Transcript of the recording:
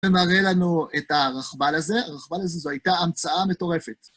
ומראה לנו את הרכבל הזה, הרכבל הזה זו הייתה המצאה מטורפת.